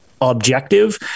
objective